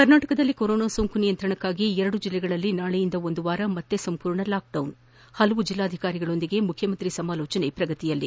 ಕರ್ನಾಟಕದಲ್ಲಿ ಕೊರೊನಾ ಸೋಂಕು ನಿಯಂತ್ರಣಕ್ಕಾಗಿ ಎರಡು ಜಿಲ್ಲೆಗಳಲ್ಲಿ ನಾಳೆಯಿಂದ ಒಂದು ವಾರ ಮತ್ತೆ ಸಂಪೂರ್ಣ ಲಾಕ್ಡೌನ್ ಹಲವು ಜಿಲ್ಲಾಧಿಕಾರಿಗಳೊಂದಿಗೆ ಮುಖ್ಯಮಂತ್ರಿ ಸಮಾಲೋಚನೆ ಪ್ರಗತಿಯಲ್ಲಿ